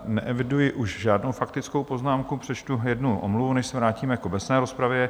Neeviduji už žádnou faktickou poznámku, přečtu jednu omluvu, než se vrátíme k obecné rozpravě.